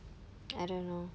I don't know